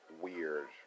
weird